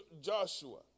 Joshua